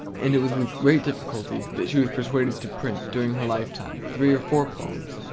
and it was with great difficulty that she was persuaded to print, during her lifetime, three or four poems.